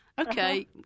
Okay